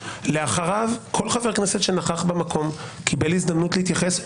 אחריו כל חבר כנסת שנכח במקום קיבל הזדמנות להתייחס,